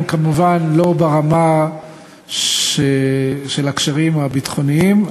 הם כמובן לא ברמה של הקשרים הביטחוניים,